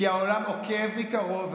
כי העולם עוקב מקרוב,